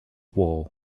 war